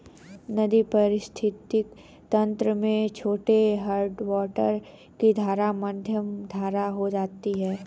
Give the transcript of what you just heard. नदी पारिस्थितिक तंत्र में छोटे हैडवाटर की धारा मध्यम धारा हो जाती है